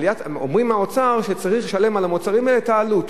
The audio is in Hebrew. שאומרים שהאוצר צריך לשלם על המוצרים האלה את העלות.